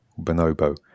bonobo